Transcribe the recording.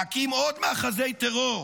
להקים עוד מאחזי טרור,